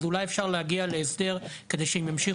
אז אולי אפשר להגיע להסדר כדי שהאמא